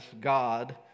God